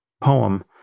poem